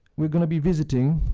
we're going to be visiting,